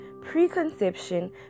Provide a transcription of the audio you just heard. preconception